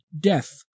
death